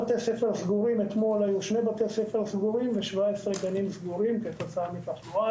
אתמול היו שני בתי ספר ו-17 גנים סגורים כתוצאה מתחלואה.